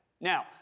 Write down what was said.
Now